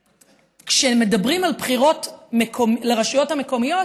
כשמדברים על בחירות לרשויות המקומיות,